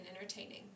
entertaining